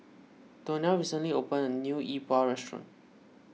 Donell recently opened a new Yi Bua restaurant